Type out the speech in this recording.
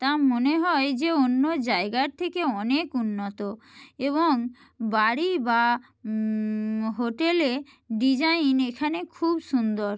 তা মনে হয় যে অন্য জায়গার থেকে অনেক উন্নত এবং বাড়ি বা হোটেলে ডিজাইন এখানে খুব সুন্দর